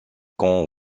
camp